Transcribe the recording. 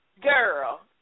girl